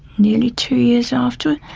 nearly two years after.